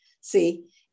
see